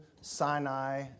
Sinai